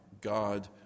God